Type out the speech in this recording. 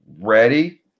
ready